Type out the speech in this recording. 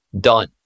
Done